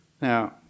Now